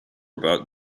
about